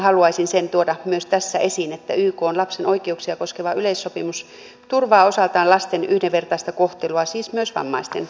haluaisin sen tuoda myös tässä esiin että ykn lapsen oikeuksia koskeva yleissopimus turvaa osaltaan lasten yhdenvertaista kohtelua siis myös vammaisten lasten